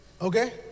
Okay